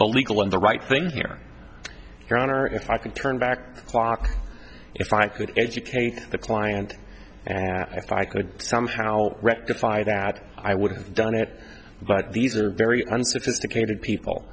the legal and the right thing here your honor if i could turn back the clock if i could educate the client and if i could somehow rectify that i wouldn't have done it but these are very unsophisticated people